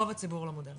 רוב הציבור לא מודע לזה.